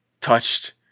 touched